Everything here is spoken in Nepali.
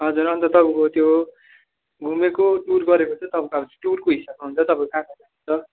हजर अन्त तपाईँको त्यो घुमेको टुर गरेको चाहिँ तपाईँको अब टुरको हिसाबमा हुन्छ तपाईँ कहाँ कहाँ जानुहुन्छ